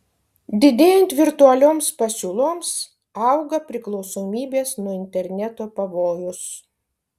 didėjant virtualioms pasiūloms auga priklausomybės nuo interneto pavojus